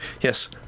Yes